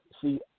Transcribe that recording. see